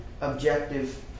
objective